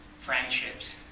friendships